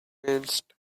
against